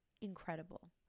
incredible